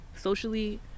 Socially